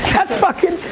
that's fucking,